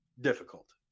difficult